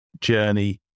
journey